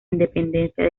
independencia